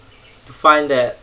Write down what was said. to find that